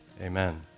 amen